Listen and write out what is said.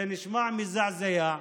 זה נשמע מזעזע.